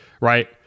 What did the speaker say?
right